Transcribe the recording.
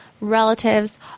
relatives